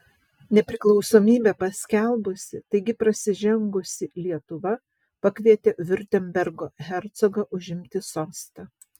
nepriklausomybę paskelbusi taigi prasižengusi lietuva pakvietė viurtembergo hercogą užimti sostą